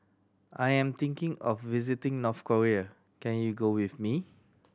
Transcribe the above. I am thinking of visiting North Korea can you go with me